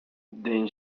then